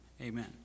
amen